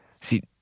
See